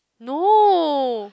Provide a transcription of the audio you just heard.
no